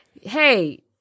Hey